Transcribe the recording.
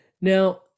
Now